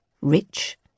rich